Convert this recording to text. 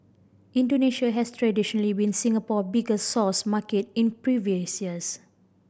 Indonesia has traditionally been Singapore biggest source market in previous years